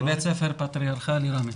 בבית ספר פטריארכלי בראמה.